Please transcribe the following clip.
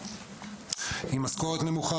עם משכורת נמוכה,